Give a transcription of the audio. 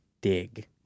dig